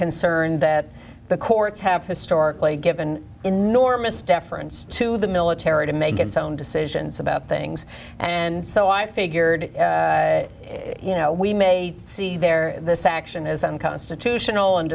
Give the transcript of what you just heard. concerned that the courts have historically given enormous deference to the military to make it sound decisions about things and so i figured you know we may see there this action is unconstitutional and